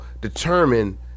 determine